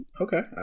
Okay